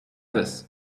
this